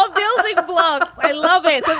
um feels like a blog. i love it.